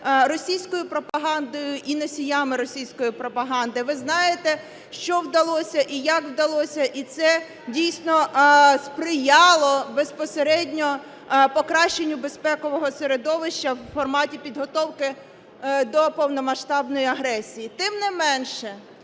російською пропагандою і носіями російської пропаганди. Ви знаєте, що вдалося і як вдалося, і це дійсно сприяло безпосередньо покращенню безпекового середовища в форматі підготовки до повномасштабної агресії. Тим не менше,